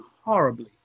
horribly